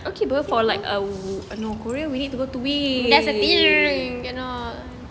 okay bah for like a north korea we need to go to we